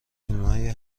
فیلمهای